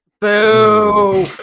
Boo